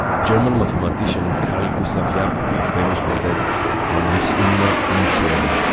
german mathematician carl gustav jacobi famously said man muss immer umkehren,